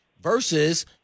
versus